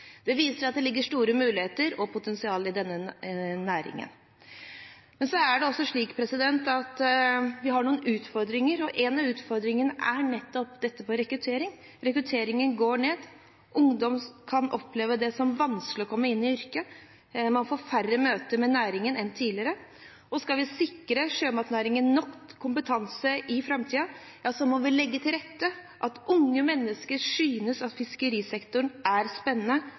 Det viser at det ligger store muligheter og potensial i denne næringen. Så er det også slik at vi har noen utfordringer, og en av utfordringene er nettopp dette med rekruttering. Rekrutteringen går ned. Ungdom kan oppleve det som vanskelig å komme inn i yrket, man får færre møter med næringen enn tidligere, og skal vi sikre sjømatnæringen nok kompetanse i framtiden, må vi legge til rette for at unge mennesker synes fiskerisektoren er spennende